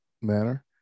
manner